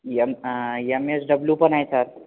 M um M S W पण आहे sir